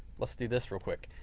let's do this real quick.